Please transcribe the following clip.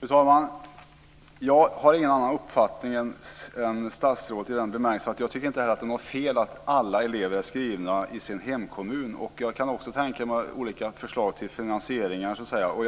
Fru talman! Jag har ingen annan uppfattning än statsrådet i den bemärkelsen att inte heller jag tycker att det är fel att alla elever är skrivna i sin hemkommun. Jag kan också tänka mig olika förslag till finansieringar.